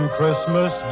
Christmas